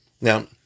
Now